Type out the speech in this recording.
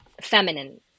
feminine